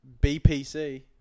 BPC